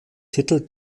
titel